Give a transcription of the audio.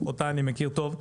אותה אני מכיר טוב,